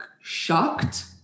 shocked